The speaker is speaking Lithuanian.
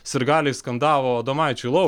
sirgaliai skandavo adomaičiui lau